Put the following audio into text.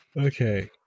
Okay